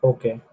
Okay